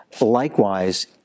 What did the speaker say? Likewise